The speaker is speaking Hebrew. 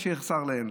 שיחסר להם.